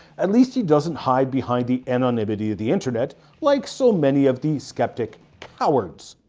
and least he doesn't hide behind the anonymity of the internet like so many of the skeptic cowards.